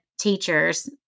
teachers